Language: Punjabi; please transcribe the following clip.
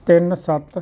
ਤਿੰਨ ਸੱਤ